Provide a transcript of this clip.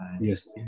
yes